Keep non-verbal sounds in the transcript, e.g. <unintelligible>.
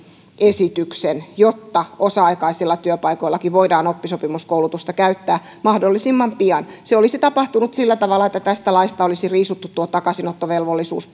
esityksen jotta osa aikaisillakin työpaikoilla voidaan oppisopimuskoulutusta käyttää mahdollisimman pian se olisi tapahtunut sillä tavalla että tästä laista olisi riisuttu tuo takaisinottovelvollisuus <unintelligible>